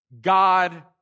God